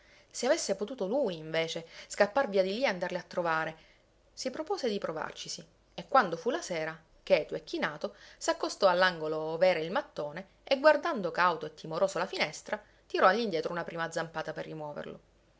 se avesse potuto lui invece scappar via di lì e andarle a trovare si propose di provarcisi e quando fu la sera cheto e chinato s'accostò all'angolo ove era il mattone e guardando cauto e timoroso la finestra tirò all'indietro una prima zampata per rimuoverlo